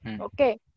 Okay